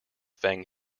feng